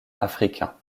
africain